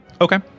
Okay